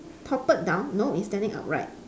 toppled down no it's standing upright